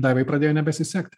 daivai pradėjo nebesisekti